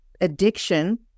addiction